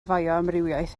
fioamrywiaeth